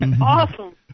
Awesome